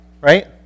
Right